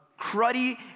cruddy